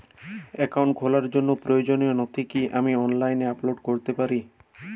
Account খোলার জন্য প্রয়োজনীয় নথি কি আমি অনলাইনে আপলোড করতে পারি?